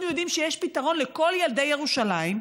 יודעים שיש פתרון לכל ילדי ירושלים.